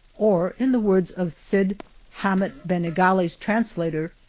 or in the words of cid hamet benengali's translator,